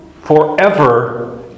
forever